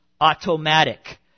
Automatic